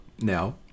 now